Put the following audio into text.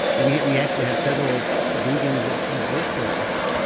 we we actually have several vegans that have worked for us.